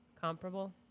comparable